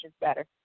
better